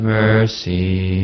mercy